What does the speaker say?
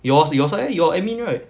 yours your side leh you're admin right